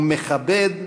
הוא מכבד,